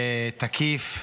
תקיף,